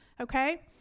okay